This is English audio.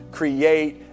create